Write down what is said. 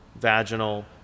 vaginal